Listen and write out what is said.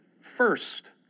first